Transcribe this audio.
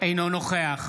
אינו נוכח